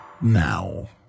now